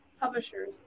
publishers